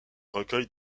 recueils